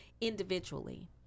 individually